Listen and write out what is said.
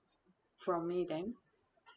from me then